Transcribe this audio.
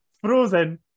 frozen